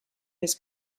his